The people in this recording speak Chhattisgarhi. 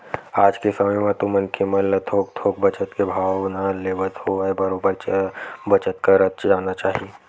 आज के समे म तो मनखे मन ल थोक थोक बचत के भावना लेवत होवय बरोबर बचत करत जाना चाही